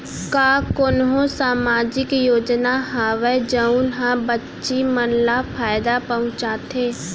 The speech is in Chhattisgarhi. का कोनहो सामाजिक योजना हावय जऊन हा बच्ची मन ला फायेदा पहुचाथे?